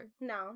No